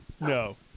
no